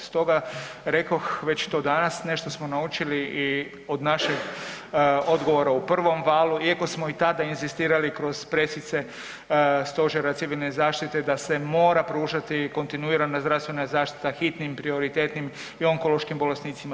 Stoga rekoh već to danas, nešto smo naučili i od našeg odgovora u prvom valu iako smo i tada inzistirali kroz presice stožera civilne zaštite da se mora pružati kontinuirana zdravstvena zaštita hitnim, prioritetnim i onkološkim bolesnicima.